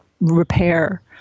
repair